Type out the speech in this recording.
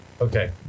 Okay